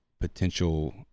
potential